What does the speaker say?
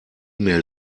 mail